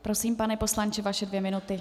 Prosím, pane poslanče, vaše dvě minuty.